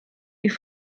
die